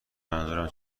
منظورم